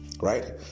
Right